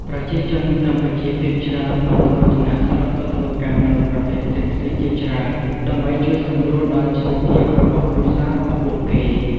ប្រជាជនកម្ពុជាភាគច្រើនបានធ្វើចំណាកស្រុកទៅធ្វើការនៅប្រទេសផ្សេងៗជាច្រើនដើម្បីជួយសម្រួលដល់ជីវភាពរបស់គ្រួសាររបស់ពួកគេ ។